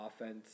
offense